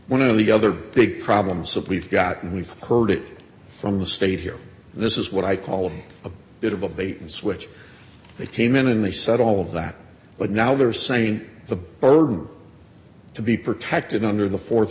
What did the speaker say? one of the other big problems of we've gotten we've heard it from the state here this is what i call a bit of a bait and switch they came in and they said all of that but now they're saying the burden to be protected under the